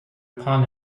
upon